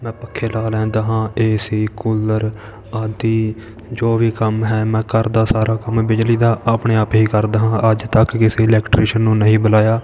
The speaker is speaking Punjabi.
ਮੈਂ ਪੱਖੇ ਲਾ ਲੈਂਦਾ ਹਾਂ ਏਸੀ ਕੂਲਰ ਆਦਿ ਜੋ ਵੀ ਕੰਮ ਹੈ ਮੈਂ ਘਰ ਦਾ ਸਾਰਾ ਕੰਮ ਬਿਜਲੀ ਦਾ ਆਪਣੇ ਆਪ ਹੀ ਕਰਦਾ ਹਾਂ ਅੱਜ ਤੱਕ ਕਿਸੇ ਇਲੈੱਕਟ੍ਰੀਸ਼ਨ ਨੂੰ ਨਹੀਂ ਬੁਲਾਇਆ